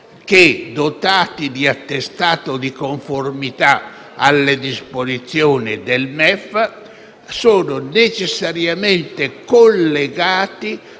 che, dotati di attestato di conformità alle disposizioni rilasciate dal MEF, sono necessariamente collegati